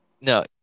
No